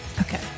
Okay